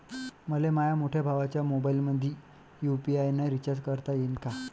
मले माह्या मोठ्या भावाच्या मोबाईलमंदी यू.पी.आय न रिचार्ज करता येईन का?